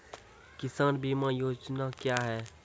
किसान बीमा योजना क्या हैं?